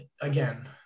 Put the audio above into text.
again